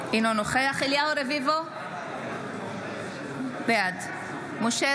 נוכח אליהו רביבו, בעד משה